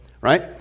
right